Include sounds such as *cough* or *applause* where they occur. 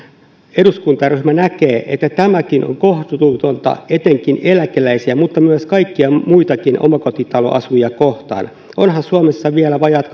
eduskuntaryhmä näkee että tämäkin on kohtuutonta etenkin eläkeläisiä mutta myös kaikkia muitakin omakotitaloasujia kohtaan onhan suomessa vielä vajaat *unintelligible*